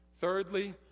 Thirdly